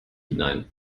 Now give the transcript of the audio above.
hinein